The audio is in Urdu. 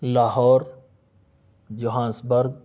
لاہور جھانس برگ